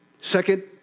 Second